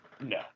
no